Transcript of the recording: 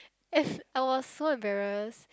as I was so embarrassed